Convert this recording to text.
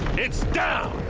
it's down!